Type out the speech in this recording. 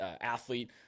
athlete